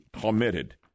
committed